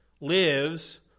lives